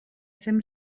ddim